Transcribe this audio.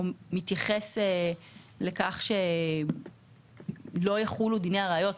מתייחס לכך שלא יחולו דיני הראיות,